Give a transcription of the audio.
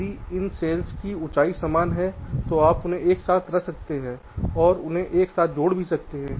यदि इस सेल्स में ऊंचाई समान है तो आप उन्हें एक साथ रख सकते हैं और उन्हें एक साथ जोड़ सकते हैं